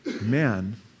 man